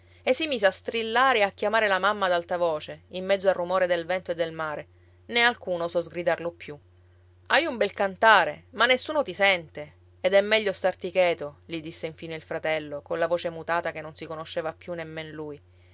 e si mise a strillare e a chiamare la mamma ad alta voce in mezzo al rumore del vento e del mare né alcuno osò sgridarlo più hai un bel cantare ma nessuno ti sente ed è meglio starti cheto gli disse infine il fratello con la voce mutata che non si conosceva più nemmen lui